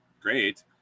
Great